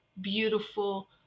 beautiful